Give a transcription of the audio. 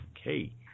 Okay